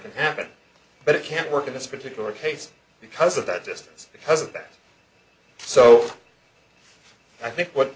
happened but it can't work in this particular case because of that just because of that so i think what